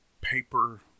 paper